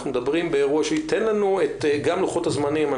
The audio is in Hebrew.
אנחנו מדברים באירוע שייתן לנו גם את לוחות הזמנים.